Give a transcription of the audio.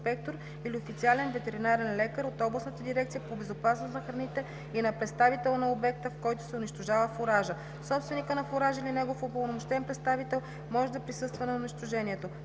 или официален ветеринарен лекар от областната дирекция по безопасност на храните и на представител на обекта, в който се унищожава фуражът. Собственикът на фуража или негов упълномощен представител може да присъства на унищожаването“.